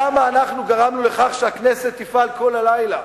למה אנחנו גרמנו לכך שהכנסת תפעל כל הלילה,